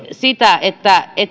sitä että